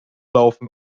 laufen